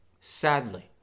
Sadly